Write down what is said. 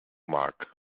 mark